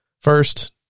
First